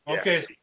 Okay